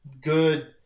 good